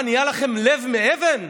מה, נהיה לכם לב מאבן?